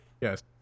Yes